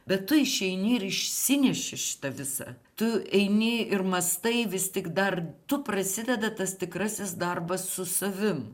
bet tu išeini ir išsineši šitą visą tu eini ir mąstai vis tik dar tu prasideda tas tikrasis darbas su savim